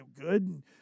good